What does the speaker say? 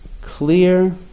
clear